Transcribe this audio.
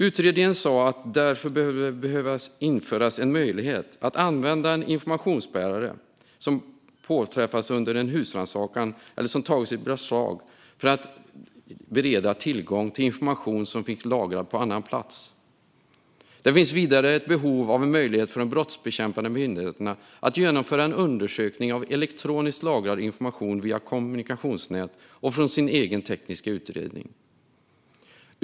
Utredningen sa att det därför behöver införas en möjlighet att använda en informationsbärare som påträffats under en husrannsakan eller som har tagits i beslag för att bereda sig tillgång till information som finns lagrad på annan plats. Det finns vidare ett behov av en möjlighet för de brottsbekämpande myndigheterna att genomföra en undersökning av elektroniskt lagrad information via kommunikationsnät och från sin egen tekniska utrustning.